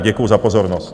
Děkuju za pozornost.